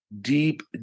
deep